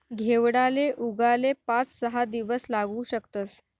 घेवडाले उगाले पाच सहा दिवस लागू शकतस